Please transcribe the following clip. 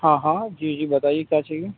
ہاں ہاں جی جی بتائیے کیا چاہیے